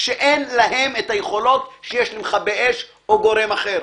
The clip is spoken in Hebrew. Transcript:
כשאין להם את היכולות שיש למכבי אש או גורם אחר,